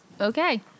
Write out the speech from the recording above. Okay